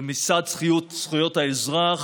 רמיסת זכויות האזרח.